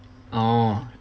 ah